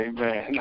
Amen